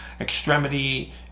extremity